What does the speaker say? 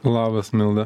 labas milda